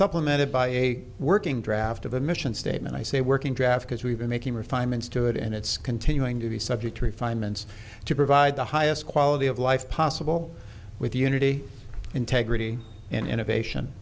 supplemented by a working draft of a mission statement i say working draft because we've been making refinements to it and it's continuing to be subject to refinements to provide the highest quality of life possible with unity integrity and innovation